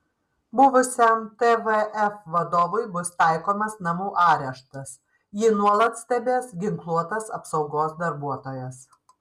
buvusiam tvf vadovui bus taikomas namų areštas jį nuolat stebės ginkluotas apsaugos darbuotojas